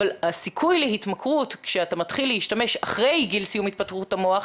אבל הסיכוי להתמכרות כשאתה מתחיל להשתמש אחרי גיל סיום התפתחות המוח,